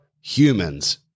humans